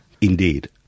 Indeed